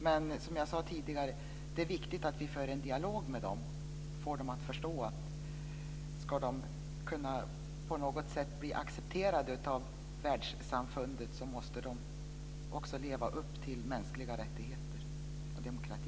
Men som jag sade tidigare är det viktigt att vi för en dialog med dem och får dem att förstå att om de på något sätt ska kunna bli accepterade av världssamfundet så måste de också leva upp till mänskliga rättigheter och demokrati.